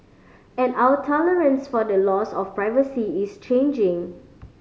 and our tolerance for the loss of privacy is changing